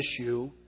issue